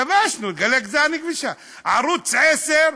כבשנו, "גלי צה"ל" נכבשה, ערוץ 10,